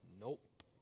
Nope